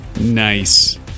Nice